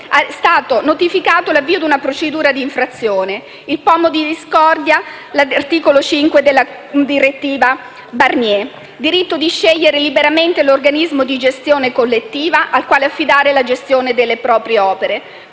è stato notificato l'avvio di una procedura di infrazione. Il pomo della discordia è l'articolo 5 della direttiva Barnier, il diritto di scegliere liberamente l'organismo di gestione collettiva al quale affidare la gestione delle proprie opere.